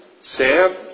Sam